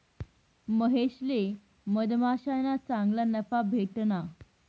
महेशले मधमाश्याना चांगला नफा भेटना